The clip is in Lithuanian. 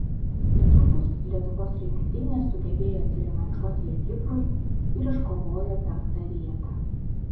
netrukus lietuvos rinktinė sugebėjo atsirevanšuoti ir kiprui ir iškovojo penktą vietą